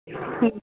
ம்